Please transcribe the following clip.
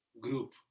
group